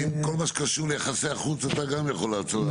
כל מה שקשור ליחסי החוץ אתה גם יכול לעזור.